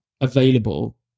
available